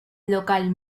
local